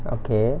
okay